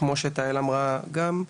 כמו שתהל אמרה גם,